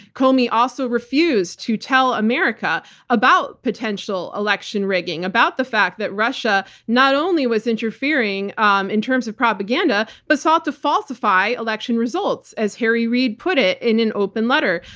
comey also refused to tell america about potential election rigging, about the fact that russia not only was interfering um in terms of propaganda, but sought to falsify election results as harry reid put it in an open letter.